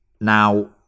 Now